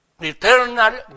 Eternal